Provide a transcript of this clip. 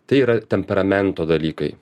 tai yra temperamento dalykai